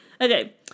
Okay